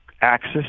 access